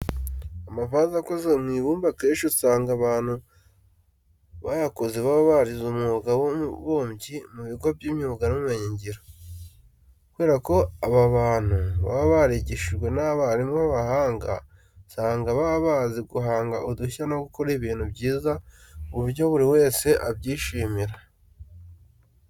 Amavaze akoze mu ibumba akenshi usanga abantu bayakora baba barize umwuga w'ububumbyi mu bigo by'imyuga n'ubumenyingiro. Kubera ko aba bantu baba barigishijwe n'abarimu b'abahanga, usanga baba bazi guhanga udushya no gukora ibintu byiza ku buryo buri wese abyishimira.